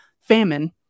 famine